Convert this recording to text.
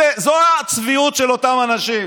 זו הצביעות של אותם האנשים,